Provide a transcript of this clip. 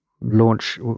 launch